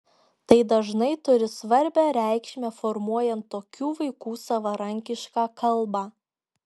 tai dažnai turi svarbią reikšmę formuojant tokių vaikų savarankišką kalbą